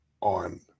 on